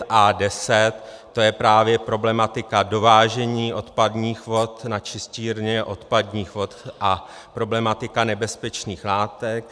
To je právě problematika dovážení odpadních vod na čistírny odpadních vod a problematika nebezpečných látek.